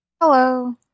Hello